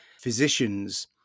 physicians